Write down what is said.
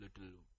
little